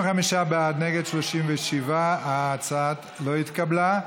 25 בעד, נגד, 37. ההצעה לא התקבלה.